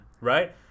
Right